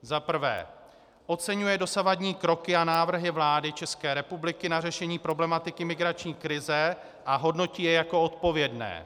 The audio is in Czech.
I. oceňuje dosavadní kroky a návrhy vlády České republiky na řešení problematiky migrační krize a hodnotí je jako odpovědné,